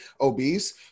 obese